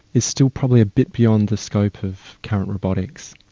is still probably a bit beyond the scope of current robotics.